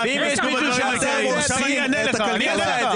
המולטי מיליונר שעושק את הקופה הציבורית.